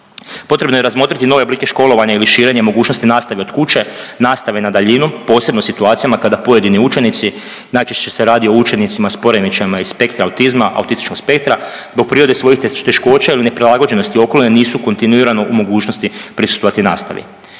Potrebno je razmotriti nove oblike školovanja ili širenje mogućnosti nastave od kuće, nastave na daljinu posebno u situacijama kada pojedini učenici, najčešće se radi o učenicima s poremećajima iz spektra autizma, autističkog spektra zbog prirode svojih teškoća ili neprilagođenosti okoline, nisu kontinuirano u mogućnosti prisustvovati nastavi.